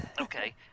Okay